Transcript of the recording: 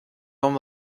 kan